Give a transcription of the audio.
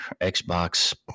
Xbox